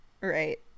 right